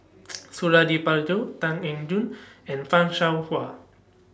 Suradi Parjo Tan Eng Joo and fan Shao Hua